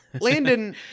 Landon